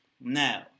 Now